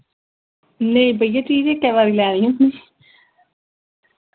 नेईं भैया चीज इक्कै बारी लैनी असें